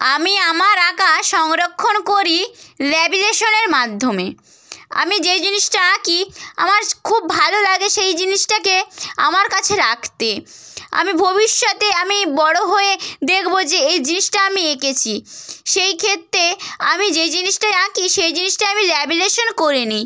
আমি আমার আঁকা সংরক্ষণ করি ল্যামিনেশানের মাধ্যমে আমি যেই জিনিসটা আঁকি আমার খুব ভালো লাগে সেই জিনিসটাকে আমার কাছে রাখতে আমি ভবিষ্যতে আমি বড়ো হয়ে দেখবো যে এই জিনিসটা আমি এঁকেছি সেই ক্ষেত্রে আমি যে জিনিসটাই আঁকি সেই জিনিসটাই আমি ল্যামিনেশান করে নিই